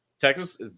Texas